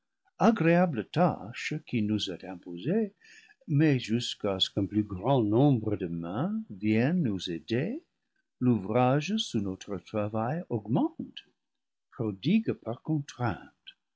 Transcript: agréable tâche qui nous est imposée mais jusqu'à ce qu'un plus grand nombre de mains viennent nous aider l'ouvrage sous notre travail augmente prodigue par contrainte